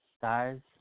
Stars